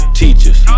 teachers